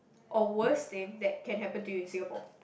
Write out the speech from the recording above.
or worst thing that can happen to you in Singapore